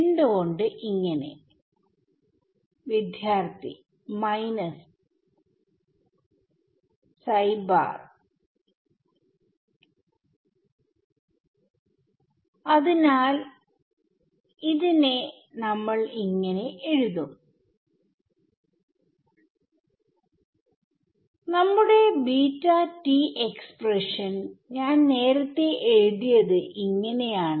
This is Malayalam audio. എന്ത്കൊണ്ട് അതിനാൽ ഈ ഇതിനെ നമ്മൾ ഇങ്ങനെ എഴുതും നമ്മുടെ എക്സ്പ്രഷൻ ഞാൻ നേരത്തെ എഴുതിയത് ഇങ്ങനെയാണ്